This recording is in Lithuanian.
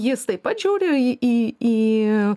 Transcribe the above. jis taip pat žiūri į į